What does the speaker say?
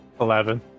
Eleven